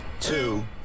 two